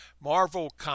Marvel